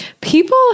people